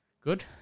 Good